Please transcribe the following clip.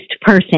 person